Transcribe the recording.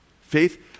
Faith